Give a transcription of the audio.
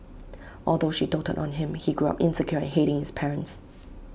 although she doted on him he grew up insecure and hating his parents